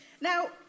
now